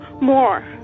more